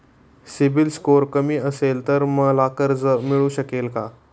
CIBIL score कमी असेल तर मला कर्ज मिळू शकेल का?